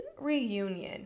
reunion